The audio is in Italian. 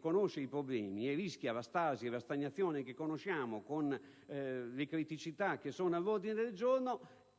conosce i problemi e rischia la stasi e la stagnazione che conosciamo, con le criticità che sono all'ordine del giorno,